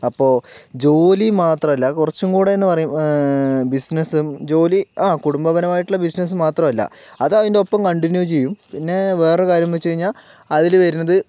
അപ്പോൾ ജോലി മാത്രമല്ല കുറച്ചും കൂടിയെന്നു പറയു ബിസ്നസ്സും ജോലി ആ കുടുംബപരമായിട്ടുള്ള ബിസ്നസ്സും മാത്രമല്ല അതതിൻ്റെ ഒപ്പം കണ്ടിന്യൂ ചെയ്യും പിന്നെ വേറൊരു കാര്യമെന്നു വച്ചുകഴിഞ്ഞാൽ അതിൽ വരണത്